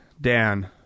Dan